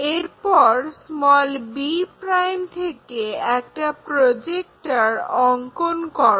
এরপর b' থেকে একটা প্রজেক্টর অঙ্কন করো